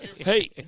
Hey